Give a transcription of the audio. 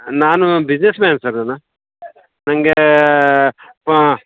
ನಾನು businessman sir ನಾನು ನನಗೆ ಹ್ಞೂ